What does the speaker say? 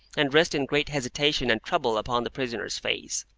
and rest in great hesitation and trouble upon the prisoner's face.